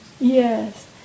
Yes